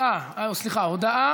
להודעה